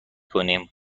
کنیم